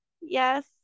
yes